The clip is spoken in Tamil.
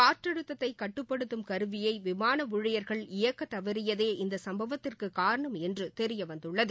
காற்றழுத்தத்தை கட்டுப்படுத்தும் கருவியை விமான ஊழியர்கள் இயக்கத் தவறியதே இந்த சம்பவத்திற்கு காரணம் என்று தெரியவந்துள்ளது